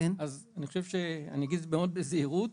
אני אגיד את זה מאוד בזהירות: